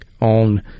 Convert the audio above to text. on